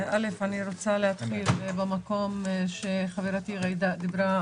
אני רוצה להתחיל במקום בו עצרה חברתי ג'ידא,